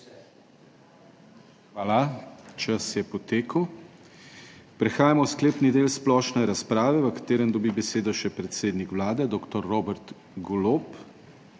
Hvala. Čas je potekel. Prehajamo v sklepni del splošne razprave, v katerem dobi besedo še predsednik Vlade, dr. Robert Golob.